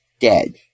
dead